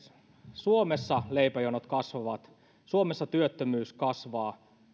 suomessa leipäjonot kasvavat suomessa työttömyys kasvaa